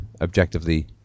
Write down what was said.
objectively